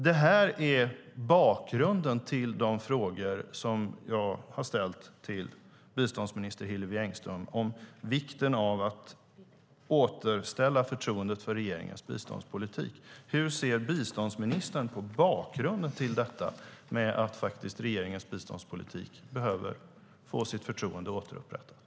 Det här är bakgrunden till de frågor som jag har ställt till biståndsminister Hillevi Engström om vikten av att återställa förtroendet för regeringens biståndspolitik. Hur ser biståndsministern på bakgrunden till att regeringens biståndspolitik behöver få förtroendet återupprättat?